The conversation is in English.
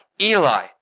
Eli